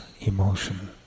emotion